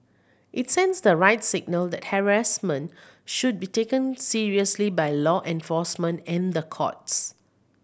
it sends the right signal that harassment should be taken seriously by law enforcement and the courts